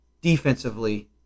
defensively